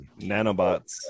Nanobots